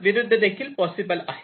विरुद्ध देखील पॉसिबल आहे